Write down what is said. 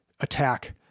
attack